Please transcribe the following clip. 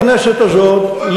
בכנסת הזאת,